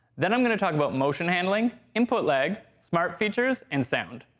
then i'm gonna talk about motion handling, input lag, smart features, and sound.